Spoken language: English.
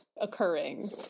occurring